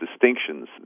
distinctions